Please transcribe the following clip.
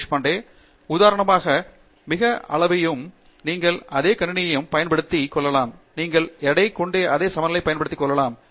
தேஷ்பாண்டே உதாரணமாக மிக அளவையும் நீங்கள் அதே கணினியைப் பயன்படுத்திக் கொள்ளலாம் நீங்கள் எடையைக் கொண்டு அதே சமநிலையைப் பயன்படுத்திக் கொள்ளலாம்